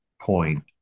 point